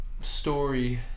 story